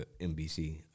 NBC